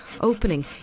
opening